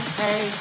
hey